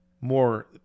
More